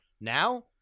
Now